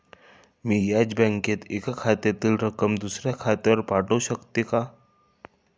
मी याच बँकेत एका खात्यातील रक्कम दुसऱ्या खात्यावर पाठवू शकते का?